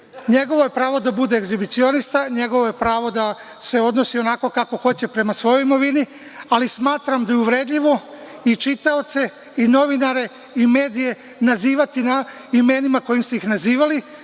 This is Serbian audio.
Njegovo je pravo da bude egzibicionista, njegovo je pravo da se odnosi onako kako hoće prema svojoj imovini, ali smatram da je uvredljivo i čitaoce i novinare i medije nazivati imenima kojima ste ih nazivali.